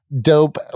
dope